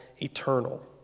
eternal